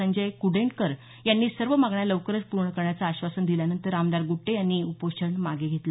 संजय कुंडेटकर यांनी सर्व मागण्या लवकरच पूर्ण करण्याचं आश्वासन दिल्यानंतर आमदार गुट्टे यांनी उपोषण मागे घेतलं